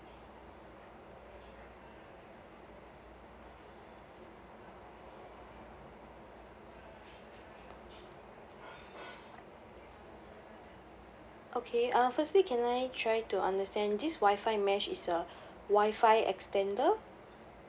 okay uh firstly can I try to understand this wi-fi mesh is a wi-fi extender